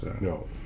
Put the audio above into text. no